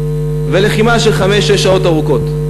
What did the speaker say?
ולחימה של חמש-שש שעות ארוכות.